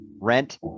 rent